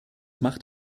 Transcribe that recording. macht